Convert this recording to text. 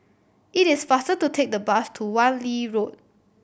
it is faster to take the bus to Wan Lee Road